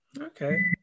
Okay